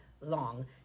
long